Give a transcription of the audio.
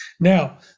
Now